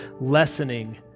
lessening